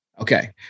Okay